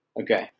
Okay